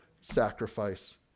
sacrifice